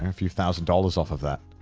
a few thousand dollars off of that?